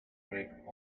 brick